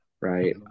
right